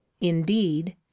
indeed